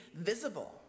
visible